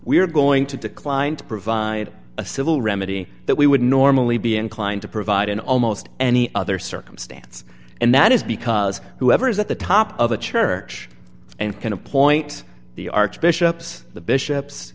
are going to decline to provide a civil remedy that we would normally be inclined to provide in almost any other circumstance and that is because whoever is at the top of the church and can appoint the archbishop's the bishops